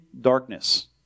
darkness